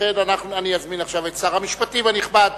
אני אזמין עכשיו את שר המשפטים הנכבד